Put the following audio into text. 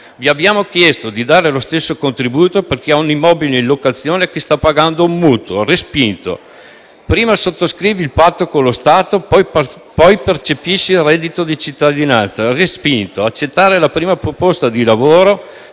Italia: respinto; stesso contributo per chi ha un immobile in locazione a chi sta pagando un mutuo: respinto; prima sottoscrivi il patto con lo Stato, poi percepisci il reddito di cittadinanza: respinto; accettare la prima proposta di lavoro,